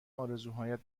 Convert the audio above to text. آرزوهایت